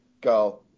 go